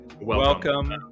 welcome